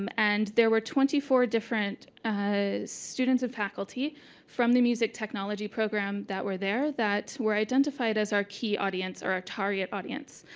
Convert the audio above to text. um and there were twenty four different ah students and faculty from the music technology program that were there that were identified as our key audience or our target audience,